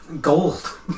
gold